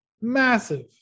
Massive